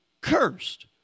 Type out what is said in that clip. cursed